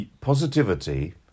positivity